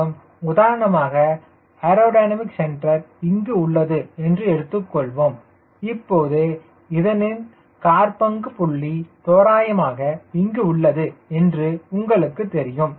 மற்றும் உதாரணமாக aerodynamic centre இங்கு உள்ளது என்று எடுத்துக்கொள்வோம் இப்போது இதனின் காற்பங்கு புள்ளி தோராயமாக இங்கு உள்ளது என்று உங்களுக்கு தெரியும்